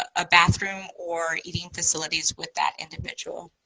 a, a bathroom or eating facilities with that individual.